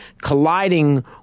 colliding